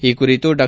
ಈ ಕುರಿತು ಡಾ